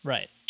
Right